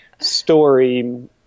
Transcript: story